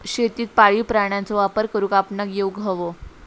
शेतीत पाळीव प्राण्यांचो वापर करुक आपणाक येउक हवो